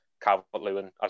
Calvert-Lewin